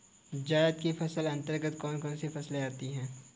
जायद की फसलों के अंतर्गत कौन कौन सी फसलें आती हैं?